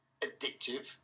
addictive